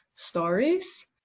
stories